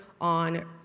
on